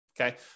Okay